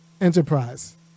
enterprise